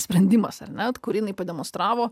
sprendimas ar ne kurį jinai pademonstravo